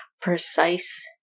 precise